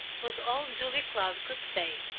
was all julia cloud could say.